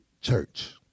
church